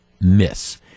miss